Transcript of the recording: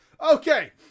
Okay